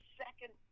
second